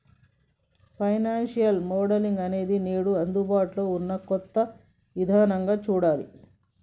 financial modelling అనేది నేడు అందుబాటులో ఉన్న కొత్త ఇదానంగా చూడాలి